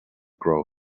grow